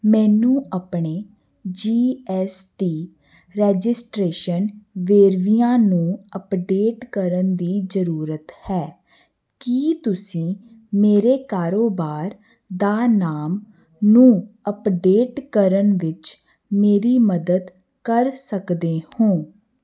ਮੈਨੂੰ ਆਪਣੇ G S T registration ਵੇਰਵਿਆਂ ਨੂੰ ਅਪਡੇਟ ਕਰਨ ਦੀ ਜ਼ਰੂਰਤ ਹੈ ਕੀ ਤੁਸੀਂ ਮੇਰੇ ਕਾਰੋਬਾਰ ਦਾ ਨਾਮ ਨੂੰ ਅੱਪਡੇਟ ਕਰਨ ਵਿੱਚ ਮੇਰੀ ਮਦਦ ਕਰ ਸਕਦੇ ਹੋ